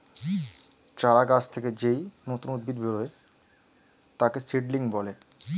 চারা গাছ থেকে যেই নতুন উদ্ভিদ বেরোয় তাকে সিডলিং বলে